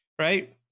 right